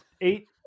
eight